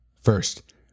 First